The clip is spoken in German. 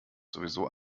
sowieso